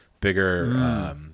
bigger